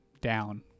down